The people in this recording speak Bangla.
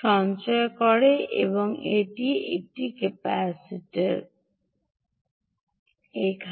সঞ্চিত ক্যাপাসিটার এখানে এই এক এই ক্যাপাসিটার এখানে